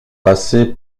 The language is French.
passé